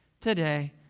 today